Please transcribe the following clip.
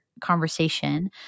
conversation